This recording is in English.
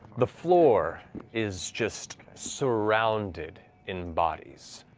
the floor is just surrounded in bodies.